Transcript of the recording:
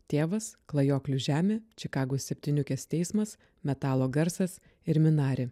tėvas klajoklių žemė čikagos septyniukės teismas metalo garsas ir minari